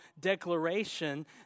declaration